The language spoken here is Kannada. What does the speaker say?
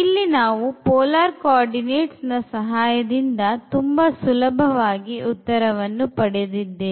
ಇಲ್ಲಿ ನಾವು polar coordinatesನ ಸಹಾಯದಿಂದ ತುಂಬಾ ಸುಲಭವಾಗಿ ಉತ್ತರವನ್ನು ಪಡೆದಿದ್ದೇವೆ